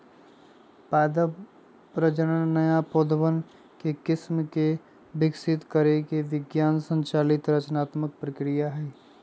पादप प्रजनन नया पौधवन के किस्म के विकसित करे के विज्ञान संचालित रचनात्मक प्रक्रिया हई